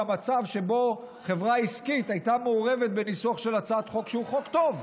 גם מצב שבו חברה עסקית הייתה מעורבת בניסוח של הצעת חוק שהוא חוק טוב,